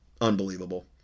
unbelievable